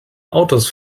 autos